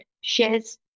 shares